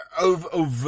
over